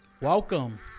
Welcome